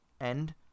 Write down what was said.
end